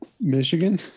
Michigan